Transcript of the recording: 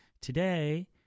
today